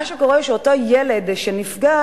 מה שקורה הוא שאותו ילד שנפגע,